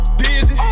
dizzy